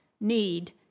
need